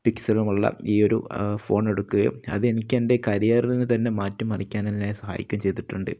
പിക്സലുമുള്ള ഈ ഒരു ഫോണെടുക്കുകയും അതെനിക്ക് എൻ്റെ കരിയറിനെത്തന്നെ മാറ്റി മറിക്കാനെന്നെ സഹായിക്കുകയും ചെയ്തിട്ടുണ്ട്